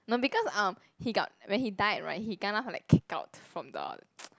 no because um he got when he died right he kena like kick out from the